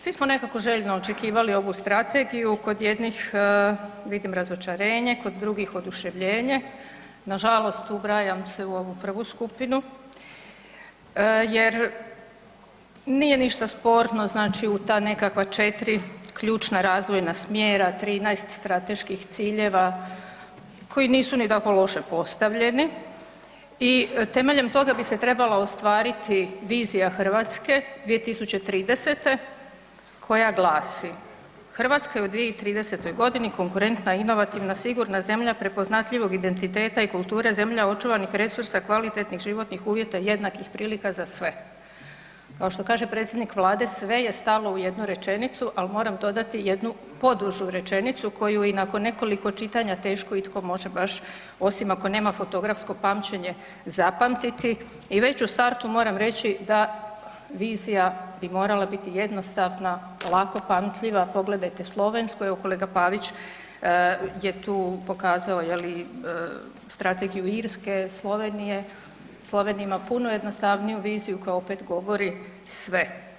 Svi smo nekako željno očekivali ovu strategiju, kod jednog vidim razočarenje, kod drugih oduševljenje, nažalost ubrajam se u ovu prvu skupinu jer nije ništa sporno znači u ta nekakva 4 ključna razvoja smjera, 13 strateških ciljeva koji nisu ni tako loše postavljeni i temeljem toga bi se trebalo ostvariti vizija Hrvatske 2030. koja glasi: „Hrvatska je u 2030. konkurentna, inovativna, sigurna zemlja prepoznatljivog identiteta i kulture, zemlja očuvanih resursa, kvalitetnih životnih uvjeta i jednakih prilika za sve.“ Kao što kaže predsjednik Vlade, sve je stalo u jednu rečenicu ali moram dodati jednu podužu rečenicu koju i nakon nekoliko čitanja, teško itko može baš osim ako nema fotografsko pamćenje, zapamtiti i već u startu moram reći da vizija bi morala biti jednostavna, lako pamtljiva, pogledajte slovensku, evo kolega Pavić je tu pokazao je li, strategiju Irske, Slovenije, Slovenija ima puno jednostavniju viziju koja opet govori sve.